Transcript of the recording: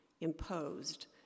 imposed